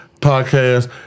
podcast